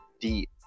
deep